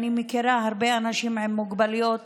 אני מכירה הרבה אנשים עם מוגבלויות